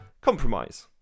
Compromise